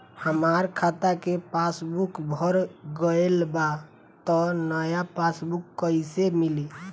हमार खाता के पासबूक भर गएल बा त नया पासबूक कइसे मिली?